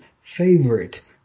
favorite